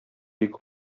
бик